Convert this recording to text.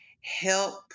help